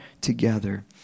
together